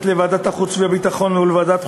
לוועדת החוץ והביטחון ולוועדת החוקה,